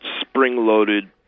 spring-loaded